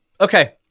Okay